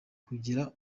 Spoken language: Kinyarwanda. kugira